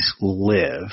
live